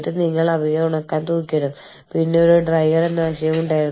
പക്ഷേ നിങ്ങൾ അവിടെ പോയാൽ സർക്കാർ നടത്തുന്ന സ്കൂൾ അത്ര മികച്ചതല്ല